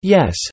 Yes